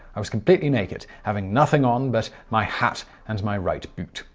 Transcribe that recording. i was completely naked, having nothing on but my hat and my right boot.